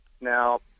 Now